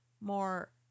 more